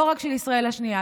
לא רק של ישראל השנייה,